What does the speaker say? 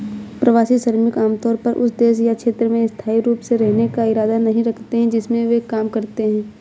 प्रवासी श्रमिक आमतौर पर उस देश या क्षेत्र में स्थायी रूप से रहने का इरादा नहीं रखते हैं जिसमें वे काम करते हैं